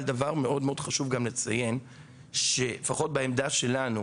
דבר מאוד חשוב לפחות בעמדה שלנו,